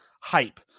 hype